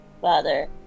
Father